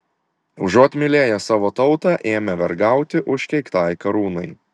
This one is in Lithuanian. užuot mylėję savo tautą ėmė vergauti užkeiktai karūnai